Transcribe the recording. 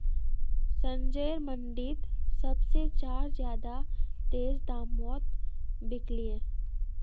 संजयर मंडी त सब से चार ज्यादा तेज़ दामोंत बिकल्ये